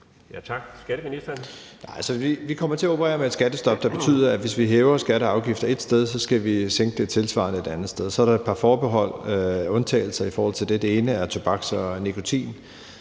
Vi kommer til at operere med et skattestop, der betyder, at hvis vi hæver skatter og afgifter et sted, skal vi sænke dem tilsvarende et andet sted. Så er der et par forbehold eller undtagelser i forhold til det; det ene er tobak og nikotin,